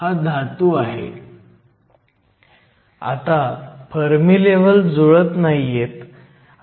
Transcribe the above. आपल्याला ni पाहिजे आहे आणि ni पुन्हा cm 3 आहेत